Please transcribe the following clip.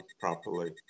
properly